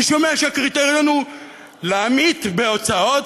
אני שומע שהקריטריון הוא להמעיט בהוצאות,